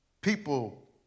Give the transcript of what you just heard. people